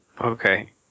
okay